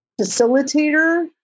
facilitator